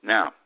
Now